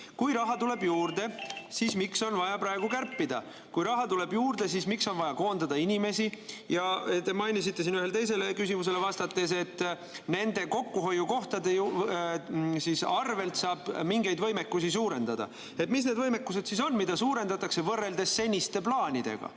kui raha tuleb juurde, siis miks on vaja praegu kärpida; kui raha tuleb juurde, siis miks on vaja koondada inimesi? Te mainisite siin ühele teisele küsimusele vastates, et nende kokkuhoiukohtade arvel saab mingeid võimekusi suurendada. Mis need võimekused siis on, mida suurendatakse võrreldes seniste plaanidega?